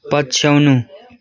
पछ्याउनु